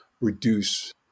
reduce